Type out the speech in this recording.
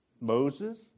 Moses